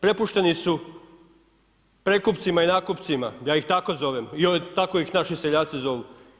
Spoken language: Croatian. Prepušteni su prekupcima i nakupcima, ja ih tako zovem i tako ih naši seljaci zovu.